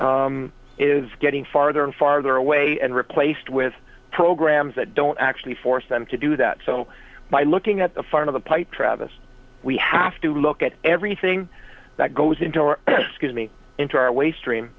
making is getting farther and farther away and replaced with programs that don't actually force them to do that so by looking at the front of the pie travis we have to look at everything that goes into our economy into our way stream